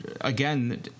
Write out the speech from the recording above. again